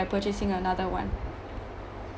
by purchasing another one